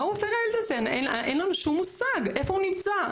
אין לנו שום מושג, איפה הוא נמצא?